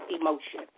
emotion